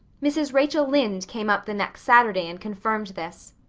mrs. rachel lynde came up the next saturday and confirmed this.